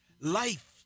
Life